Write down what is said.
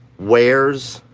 wears,